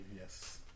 yes